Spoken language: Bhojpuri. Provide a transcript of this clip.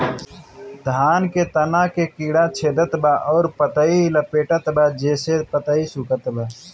धान के तना के कीड़ा छेदत बा अउर पतई लपेटतबा जेसे पतई सूखत बा?